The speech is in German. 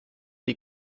die